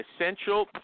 essential